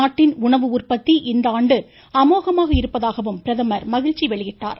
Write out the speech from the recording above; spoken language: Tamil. நாட்டின் உணவு உற்பத்தி இந்தாண்டு அமோகமாக இருப்பதாகவும் பிரதமர் மகிழ்ச்சி தெரிவித்தார்